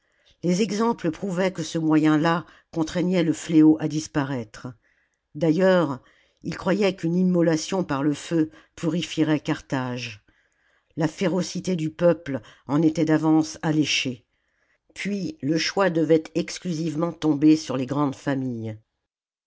les exemples prouvaient que ce mojen là contraignait le fléau à disparaître d'ailleurs ils croyaient qu'une immolation par le feu purifierait carthage la férocité du peuple en était d'avance alléchée puis le choix devait exclusivement tomber sur les grandes familles